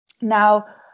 Now